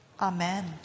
Amen